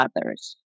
others